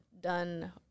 done